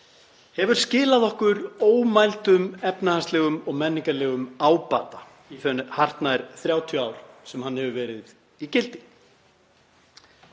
hefur skilað okkur ómældum efnahagslegum og menningarlegum ábata í þau hartnær 30 ár sem hann hefur verið í gildi.